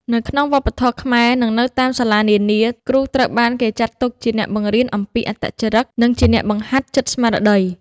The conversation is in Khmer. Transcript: នៅក្នុងវប្បធម៌ខ្មែរនិងនៅតាមសាលានានា គ្រូត្រូវបានគេចាត់ទុកជាអ្នកបង្រៀនអំពីអត្តចរិតនិងជាអ្នកបង្ហាត់ចិត្តស្មារតី។